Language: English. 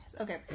okay